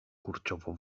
kurczowo